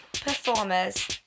performers